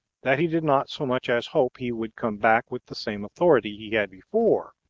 that he did not so much as hope he would come back with the same authority he had before